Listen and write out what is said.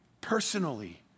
personally